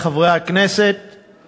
חבר הכנסת מסעוד גנאים.